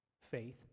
Faith